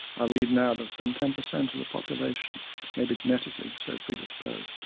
i read now that some ten percent of the population may be genetically so predisposed